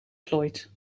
floyd